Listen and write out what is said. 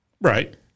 right